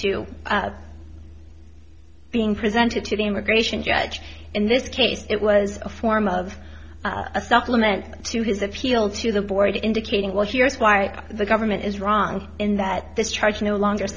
to being presented to the immigration judge in this case it was a form of a supplement to his appeal to the board indicating what yes why the government is wrong in that this charge no longer